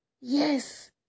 Yes